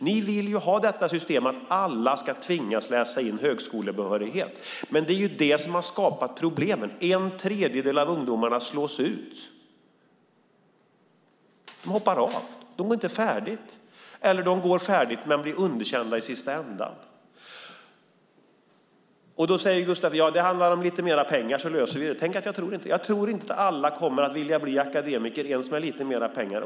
Ni vill ha systemet att alla ska tvingas läsa in högskolebehörighet, men det är ju det som har skapat problemen. En tredjedel av ungdomarna slås ut. De hoppar av. De går inte färdigt, eller också går de färdigt men blir underkända i sista ändan. Då säger Gustav: Det handlar om lite mer pengar, så löser vi det. Tänk, jag tror inte det. Jag tror inte att alla kommer att vilja bli akademiker ens med lite mer pengar.